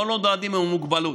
לא נולדים עם מוגבלות,